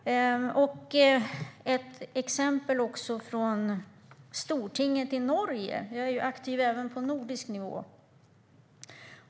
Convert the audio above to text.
Låt mig ge ett exempel från stortinget i Norge. Jag är aktiv även på nordisk nivå.